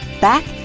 back